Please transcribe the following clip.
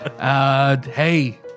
Hey